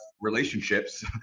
relationships